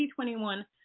2021